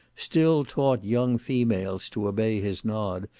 still taught young females to obey his nod,